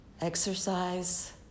Exercise